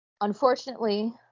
unfortunately